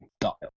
dial